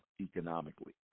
economically